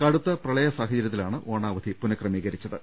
കടുത്ത പ്രളയ സാഹചര്യ ത്തിലാണ് ഓണാവധി പുനഃക്രമീകരിച്ചത്